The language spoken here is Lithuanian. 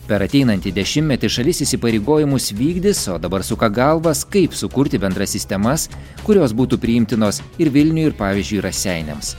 per ateinantį dešimtmetį šalis įsipareigojimus vykdys o dabar suka galvas kaip sukurti bendras sistemas kurios būtų priimtinos ir vilniui ir pavyzdžiui raseiniams